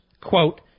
quote